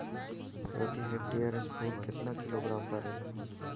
प्रति हेक्टेयर स्फूर केतना किलोग्राम परेला?